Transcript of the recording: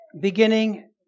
beginning